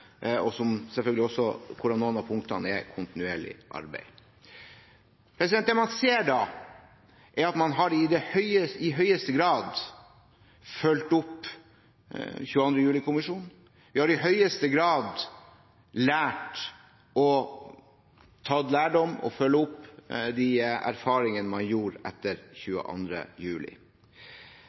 gjennomføre, og selvfølgelig også der noen av punktene er i kontinuerlig arbeid. Det man ser der, er at man i høyeste grad har fulgt opp 22. juli-kommisjonen. Man har i høyeste grad tatt lærdom av og fulgt opp de erfaringene man gjorde etter 22. juli.